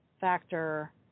factor